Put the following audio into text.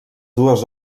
dues